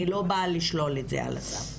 אני לא באה לפסול את זה על הסף,